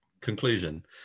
conclusion